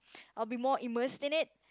I'll be more immerse in it